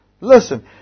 Listen